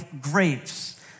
grapes